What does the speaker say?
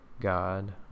God